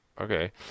okay